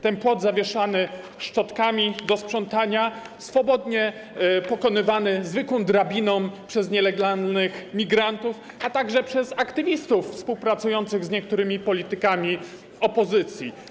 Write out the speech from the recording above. Ten płot zawieszany szczotkami do sprzątania, swobodnie pokonywany zwykłą drabiną przez nielegalnych migrantów, a także przez aktywistów współpracujących z niektórymi politykami opozycji.